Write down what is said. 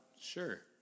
Sure